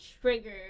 trigger